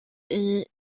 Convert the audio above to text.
est